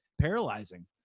paralyzing